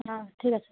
ঠিক আছে